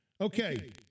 Okay